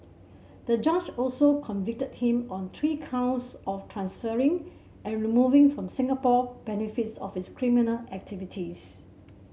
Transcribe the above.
the judge also convicted him on three counts of transferring and removing from Singapore benefits of his criminal activities